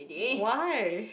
why